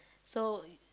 so